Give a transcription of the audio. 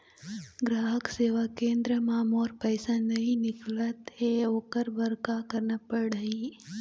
ग्राहक सेवा केंद्र म मोर पैसा नई निकलत हे, ओकर बर का करना पढ़हि?